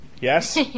yes